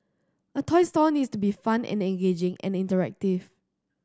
a toy store needs to be fun and engaging and interactive